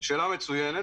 שאלה מצוינת,